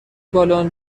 بالن